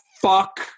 fuck